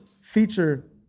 feature